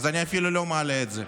אז אני אפילו לא מעלה את זה.